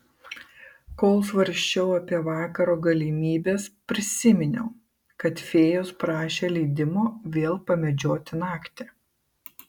kol svarsčiau apie vakaro galimybes prisiminiau kad fėjos prašė leidimo vėl pamedžioti naktį